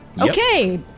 Okay